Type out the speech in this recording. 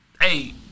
Hey